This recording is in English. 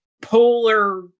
polar